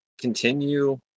continue